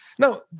Now